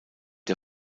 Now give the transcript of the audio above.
der